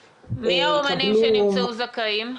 יקבלו --- מי האומנים שנמצאו זכאיים?